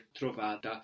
trovata